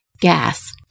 Gas